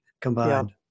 combined